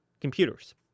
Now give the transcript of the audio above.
computers